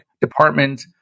Department